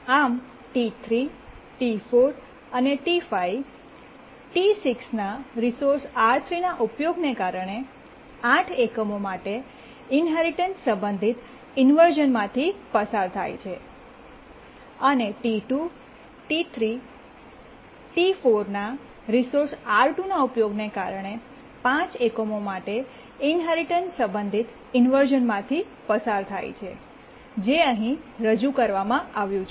આમ ટી3 ટી4 અને ટી5 ટી6 ના રિસોર્સ R3ના ઉપયોગને કારણે 8 એકમો માટે ઇન્હેરિટન્સ સંબંધિત ઇન્વર્શ઼ન માંથી પસાર થાય છે અને ટી2 ટી3 ટી4 ના રિસોર્સ R2 ના ઉપયોગને કારણે 5 એકમો માટે ઇન્હેરિટન્સ સંબંધિત ઇન્વર્શ઼ન માંથી પસાર થાય છે જે અહીં રજૂ કરવામાં આવ્યું છે